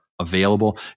available